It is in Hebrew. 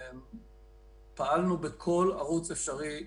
פעלנו בכל ערוץ אפשרי.